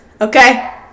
okay